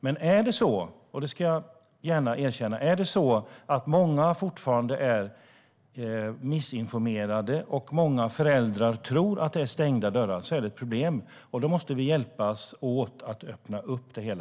Men är det så, och det ska jag gärna erkänna, att många fortfarande är felinformerade och många föräldrar tror att det är stängda dörrar så är det ett problem, och då måste vi hjälpas åt att öppna upp det hela.